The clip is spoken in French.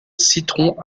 citron